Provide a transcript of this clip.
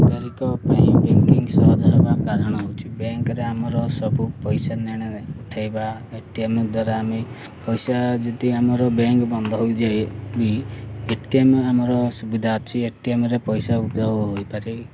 ନାଗରିକ ପାଇଁ ବ୍ୟାଙ୍କିଂ ସହଜ ହେବା କାରଣ ହେଉଛି ବ୍ୟାଙ୍କରେ ଆମର ସବୁ ପଇସା ନେଣେ ଉଠେଇବା ଏ ଟି ଏମ୍ ଦ୍ୱାରା ଆମେ ପଇସା ଯଦି ଆମର ବ୍ୟାଙ୍କ ବନ୍ଦ ହୋଇଯାେ ବି ଏ ଟି ଏମ୍ ଆମର ସୁବିଧା ଅଛି ଏଟିଏମ୍ରେ ପଇସା ଉଠାଇବାକୁ ହୋଇପାରେ